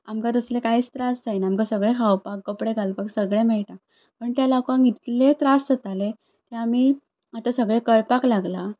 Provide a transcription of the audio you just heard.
आमकां तसले कांयच त्रास ना खावपाक कपडे घालपाक इतले त्रास जाताले की आमी आतां सगळें कळपाक लागलां